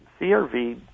CRV